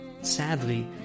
sadly